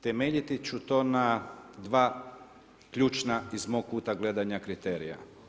Temeljiti ću to na dva ključna iz mog kuta gledanja kriterija.